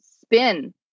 spin